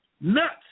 nuts